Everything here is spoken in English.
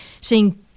seeing